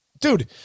Dude